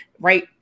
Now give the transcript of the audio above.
right